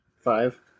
Five